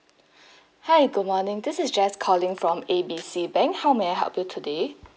hi good morning this is jess calling from A B C bank how may I help you today